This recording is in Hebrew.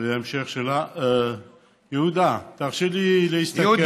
וההמשך שלה, יהודה, תרשה לי להסתכל.